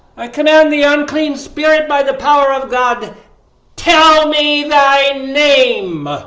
i command the unclean spirit by the power of god tell me thy name